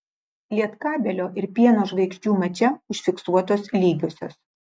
lietkabelio ir pieno žvaigždžių mače užfiksuotos lygiosios